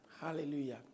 Hallelujah